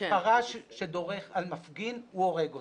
פרש שדורך על מפגין הורג אותו.